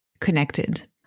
connected